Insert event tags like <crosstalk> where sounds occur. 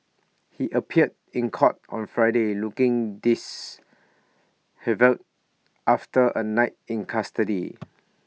he appeared in court on Friday looking dis <unintelligible> after A night in custody